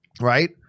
right